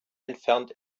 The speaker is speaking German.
entfernt